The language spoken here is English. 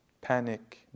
panic